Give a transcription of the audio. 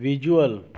visual